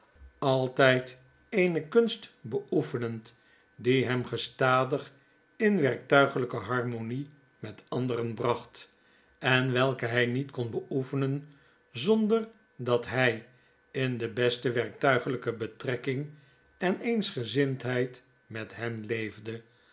altijd eene kunst beoefenend die hem gestadig in werktuigelijke harmonie met anderen bracht en welke hy niet kon beoefenen zonder dat hjj in de beste werktuigelijke betrekking en eensgezindheid met hen leefde